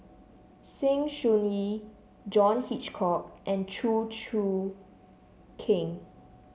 Sng Choon Yee John Hitchcock and Chew Choo Keng